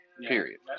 period